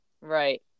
Right